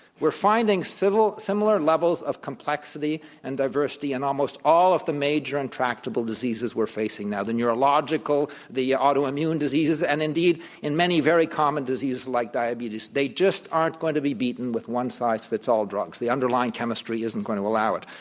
we're finding similar levels of complexity and diversity in almost all of the major intractable diseases we're facing now the neurological, the autoimmune diseases, and indeed, in many verycommon diseases like diabetes they just aren't going to be beaten with one size fits all drugs. the underlying chemistry isn't going to allow it,